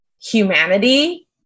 humanity